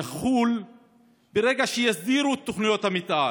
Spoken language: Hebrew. יחול ברגע שיסדירו את תוכניות המתאר,